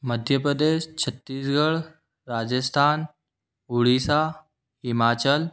Madhya Pradesh Chhattisgarh Rajasthan Orissa Himachal